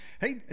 Hey